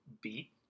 beat